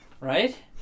Right